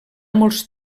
molts